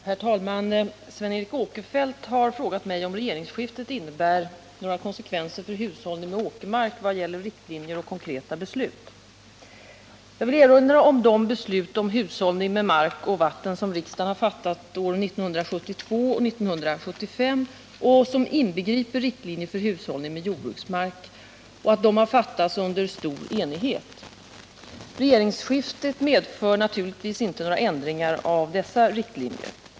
Herr talman! Sven Eric Åkerfeldt har frågat mig om regeringsskiftet innebär några konsekvenser för hushållning med åkermark vad gäller riktlinjer och konkreta beslut. Jag vill erinra om att de beslut om hushållning med mark och vatten som riksdagen har fattat åren 1972 och 1975 och som inbegriper riktlinjer för hushållning med jordbruksmark har fattats under stor enighet. Regeringsskiftet medför naturligtvis inte några ändringar av dessa riktlinjer.